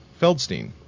Feldstein